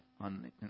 On